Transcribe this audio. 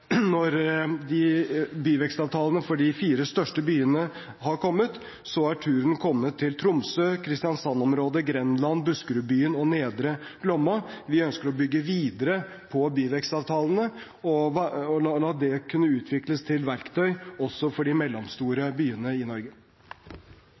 byvekstavtalene for de fire største byene har kommet, er turen kommet til Tromsø, til Kristiansand-området, Grenland, Buskerudbyen og Nedre Glomma. Vi ønsker å bygge videre på byvekstavtalene og la disse kunne utvikles til verktøy også for de mellomstore